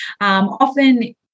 Often